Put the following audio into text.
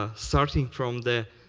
ah starting from the